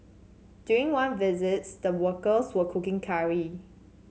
during one visit the workers were cooking curry